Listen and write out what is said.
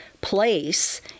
place